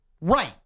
Right